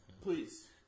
Please